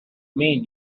mean